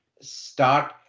start